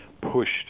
pushed